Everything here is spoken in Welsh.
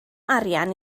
arian